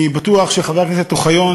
אני בטוח שחבר הכנסת אוחיון,